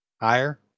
Higher